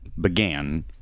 began